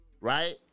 Right